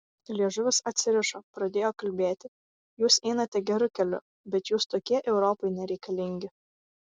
liežuvis atsirišo pradėjo kalbėti jūs einate geru keliu bet jūs tokie europai nereikalingi